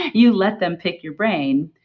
you let them pick your brain.